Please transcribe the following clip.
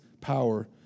power